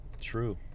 True